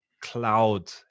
cloud